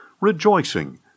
rejoicing